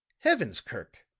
heavens, kirk!